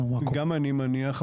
גם אני מניח.